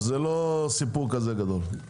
אז זה לא סיפור כזה גדול.